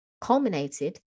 culminated